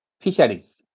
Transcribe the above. fisheries